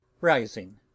Rising